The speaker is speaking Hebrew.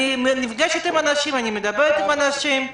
אני נפגשת עם אנשים, אני מדברת עם אנשים.